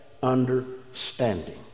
understanding